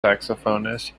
saxophonist